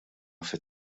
fit